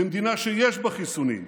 במדינה שיש בה חיסונים.